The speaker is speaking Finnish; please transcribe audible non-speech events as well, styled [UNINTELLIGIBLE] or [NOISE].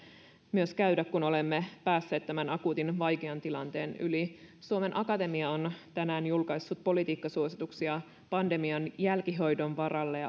myös käydä kun olemme päässeet tämän akuutin vaikean tilanteen yli suomen akatemia on tänään julkaissut politiikkasuosituksia pandemian jälkihoidon varalle ja [UNINTELLIGIBLE]